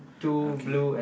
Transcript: okay